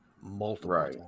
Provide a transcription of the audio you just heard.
multiple